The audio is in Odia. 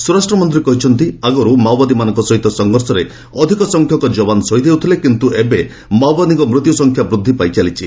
ସ୍ୱରାଷ୍ଟ୍ରମନ୍ତ୍ରୀ କହିଛନ୍ତି ଆଗରୁ ମାଓବାଦୀମାନଙ୍କ ସହ ସଂଘର୍ଷରେ ଅଧିକ ସଂଖ୍ୟକ ଯବାନ ସହିଦ ହେଉଥିଲେ କିନ୍ତୁ ଏବେ ମାଓବାଦୀଙ୍କ ମୃତ୍ୟୁସଂଖ୍ୟା ବୃଦ୍ଧି ପାଇ ଚାଲିଛି